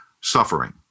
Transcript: suffering